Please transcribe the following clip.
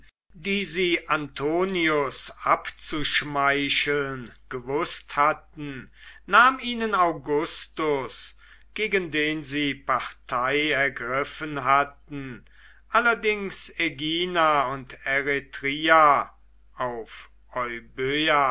die sie antonius abzuschmeicheln gewußt hatten nahm ihnen augustas gegen den sie partei ergriffen hatten allerdings aegina und eretria auf